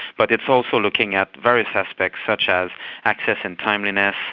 but it's also looking at various aspects such as access and timeliness,